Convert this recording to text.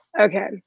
Okay